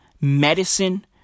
Medicine